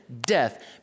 Death